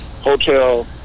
hotel